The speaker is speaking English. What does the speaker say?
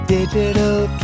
Digital